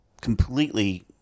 completely